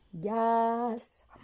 Yes